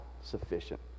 sufficient